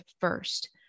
first